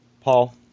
Paul